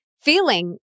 feeling